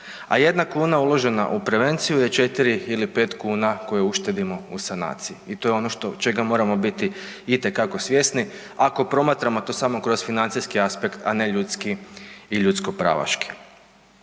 A jedna kuna uložena u prevenciju je 4 ili 5 kuna koje uštedimo u sanaciji i to je ono čega moramo biti itekako svjesni ako promatramo to samo kroz financijski aspekt, a ne ljudski i ljudsko pravaški.